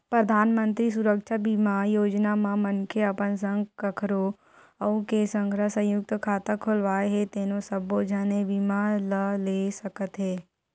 परधानमंतरी सुरक्छा बीमा योजना म मनखे अपन संग कखरो अउ के संघरा संयुक्त खाता खोलवाए हे तेनो सब्बो झन ए बीमा ल ले सकत हे